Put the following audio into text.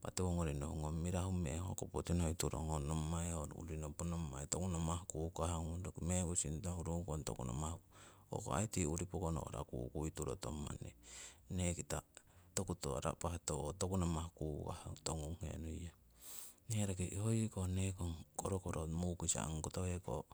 Impa tiwongori nohungong mirahu meng hoko poti noi turong ho nommai urinopo nommai toku namah kukah ngung, roki mekusing nohurungkong toku namah kukah ngung hoko aii tii urii pokono'ra kukui turotong manni neki ta toku tiwo aarapah namah kukah tongunghenuiong. Nee roki hoyoko nekong korokoro mukisa ong koto heko